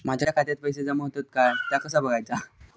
माझ्या खात्यात पैसो जमा होतत काय ता कसा बगायचा?